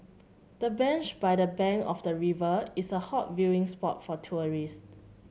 the bench by the bank of the river is a hot viewing spot for tourists